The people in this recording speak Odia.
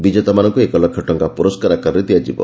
ବିଜେତା ମାନଙ୍କୁ ଏକ ଲକ୍ଷ ଟଙ୍କା ପୁରସ୍କାର ଆକାରରେ ଦିଆଯିବ